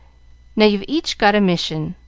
now you've each got a mission,